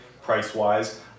price-wise